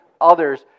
others